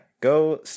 go